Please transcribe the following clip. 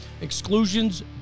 Exclusions